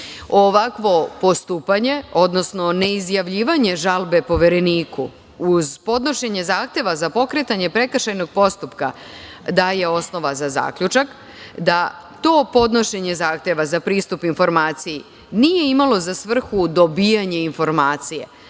vlasti. Ovakvo postupanje, odnosno ne izjavljivanje žalbe Povereniku, uz podnošenje zahteva za pokretanje prekršajnog postupka, daje osnova za zaključak da to podnošenje zahteva za pristup informaciji nije imalo za svrhu dobijanje informacije,